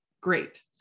great